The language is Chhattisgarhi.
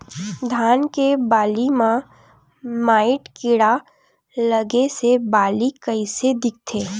धान के बालि म माईट कीड़ा लगे से बालि कइसे दिखथे?